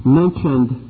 mentioned